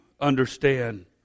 understand